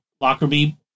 Lockerbie